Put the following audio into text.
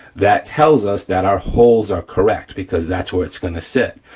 that tells us that our holes are correct because that's where it's gonna sit.